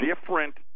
different